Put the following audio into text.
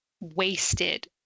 wasted